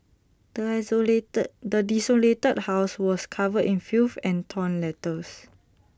the isolated the desolated house was covered in filth and torn letters